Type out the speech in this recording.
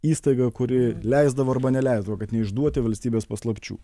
įstaiga kuri leisdavo arba neleisdavo kad neišduoti valstybės paslapčių